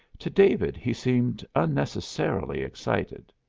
to david he seemed unnecessarily excited.